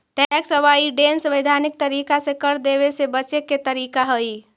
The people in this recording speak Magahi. टैक्स अवॉइडेंस वैधानिक तरीका से कर देवे से बचे के तरीका हई